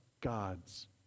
God's